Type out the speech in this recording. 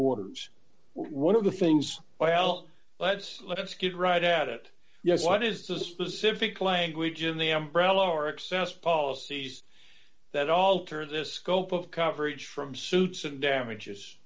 orders one of the things well let's let's get right at it yes what is the specific language in the umbrello or excess policies that alter this scope of coverage from suits and damages